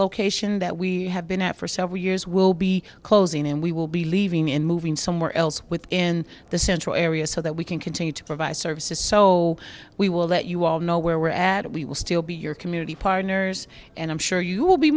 location that we have been at for several years will be closing and we will be leaving in moving somewhere else within the central area so that we can continue to provide services so we will let you all know where we're at we will still be your community partners and i'm sure you will be